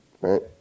right